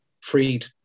Freed